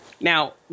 Now